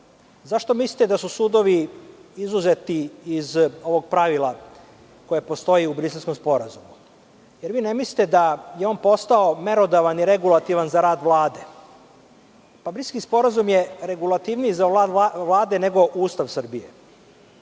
Zašto mislite da su sudovi izuzeti iz ovog pravila koje postoji u Briselskom sporazumu? Da li vi ne mislite da je on postao merodavan i regulativan za rad Vlade? Briselski sporazum je regulativniji za rad Vlade, nego Ustav Srbije. Ako